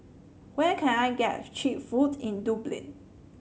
where can I get cheap food in Dublin